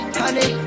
honey